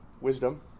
wisdom